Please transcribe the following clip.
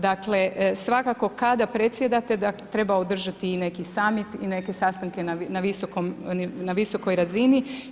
Dakle, svakako kada predsjedate da treba održati i neki summit i neke sastanke na visokoj razini.